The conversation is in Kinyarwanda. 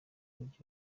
mujyi